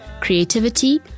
Creativity